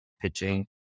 pitching